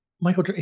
Michael